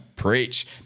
Preach